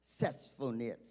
successfulness